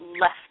left